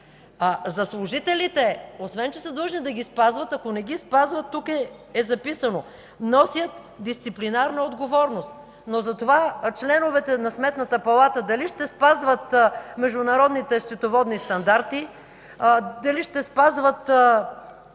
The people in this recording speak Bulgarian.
за служителите, освен че са длъжни да ги спазват, ако не ги спазват, тук е записано: „носят дисциплинарна отговорност”, но за това членовете на Сметната палата дали ще спазват международните счетоводни стандарти, дали ще спазват